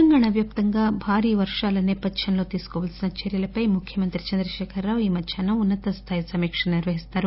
తెలంగాణా వ్యాప్తంగా భారీ వర్షాలు నేపథ్యంలో తీసుకోవాల్సిన చర్యలపై ముఖ్యమంత్రి చంద్రశేఖర రావు ఈ మధ్నా హ్నం ఉన్న తస్దాయి సమీక్ష నిర్వహించనున్నారు